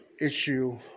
issue